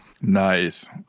nice